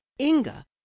inga